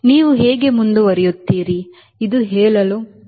ನೀವು ಹೇಗೆ ಮುಂದುವರಿಯುತ್ತೀರಿ ಎಂದು ಹೇಳಲು ಇದು